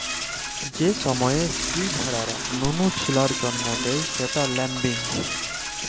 যে সময়তে ইস্তিরি ভেড়ারা লুলু ছিলার জল্ম দেয় সেট ল্যাম্বিং